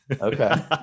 Okay